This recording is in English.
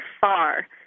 far